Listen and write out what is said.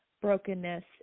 brokenness